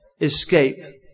escape